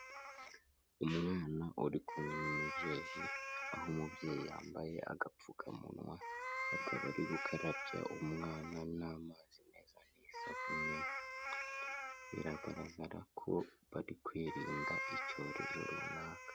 Umwana uri kumwe n'umubyeyi aho umubyeyi yambaye agapfukamunwa, akaba ari gukarabya umwana n'amazi meza n'isabune, biragaragara ko bari kwirinda icyorezo runaka.